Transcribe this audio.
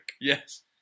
Yes